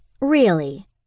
Really